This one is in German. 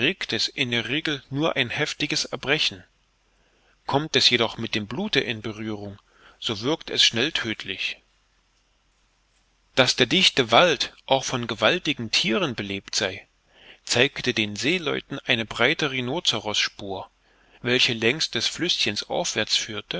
in der regel nur ein heftiges erbrechen kommt es jedoch mit dem blute in berührung so wirkt es schnell tödtlich daß der dichte wald auch von gewaltigen thieren belebt sei zeigte den seeleuten eine breite rhinozerosspur welche längs des flüßchens aufwärts führte